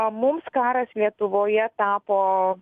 mums karas lietuvoje tapo